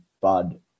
Bud